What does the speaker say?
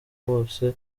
bose